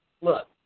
look